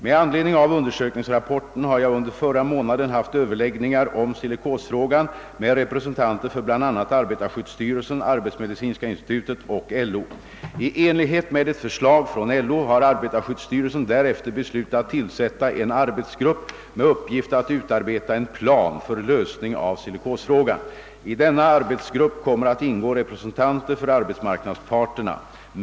Med anledning av undersökningsrapporten har jag under förra månaden haft överläggningar om silikosfrågan med representanter för bl a. arbetarskyddsstyrelsen, arbetsmedicinska institutet och LO. I enlighet med ett förslag från LO har arbetarskyddsstyrelsen därefter beslutat tillsätta en arbetsgrupp med uppgift att utarbeta en plan för lösning av silikosfrågan. I denna arbetsgrupp kommer att ingå representanter för arbetsmarknadsparterna.